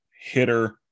Hitter